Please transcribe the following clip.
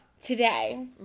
today